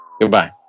Goodbye